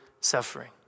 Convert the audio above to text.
suffering